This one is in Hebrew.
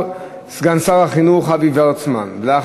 2473, 2538, 2542, 2562 ו-2563.